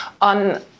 on